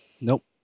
Nope